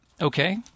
Okay